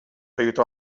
aiutò